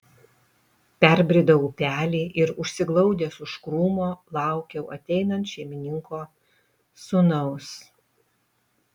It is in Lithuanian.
perbridau upelį ir užsiglaudęs už krūmo laukiau ateinant šeimininko sūnaus